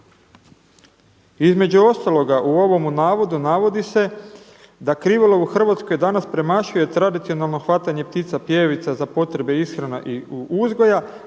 Između ostaloga u ovomu navodu navodi se da krivolov u Hrvatskoj danas premašuje tradicionalno hvatanje ptica pjevica za potrebe ishrana i uzgoja,